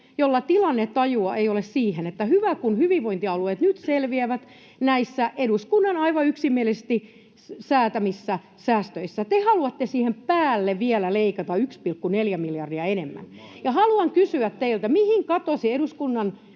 jolla tilannetajua ei ole, vaan hyvä, kun hyvinvointialueet nyt selviävät näissä eduskunnan aivan yksimielisesti säätämissä säästöissä. Te haluatte siihen päälle vielä leikata 1,4 miljardia enemmän. Haluan kysyä teiltä: mihin katosi eduskunnan